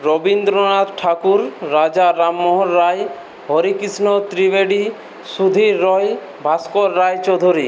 Rabindranath Thakur Raja Rammohan Roy Harekrishna Trivedi Sudhir Roy Bhaskar Roychowdhury